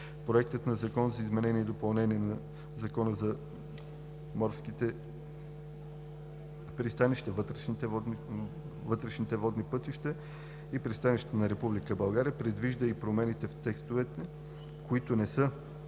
Проектът на закон за изменение и допълнение на Закона за морските пространства, вътрешните водни пътища и пристанищата на Република България предвижда и промени в текстове, които не са